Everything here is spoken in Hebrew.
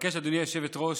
גברתי היושבת-ראש,